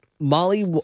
Molly